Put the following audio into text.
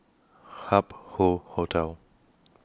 Hup Hoe Hotel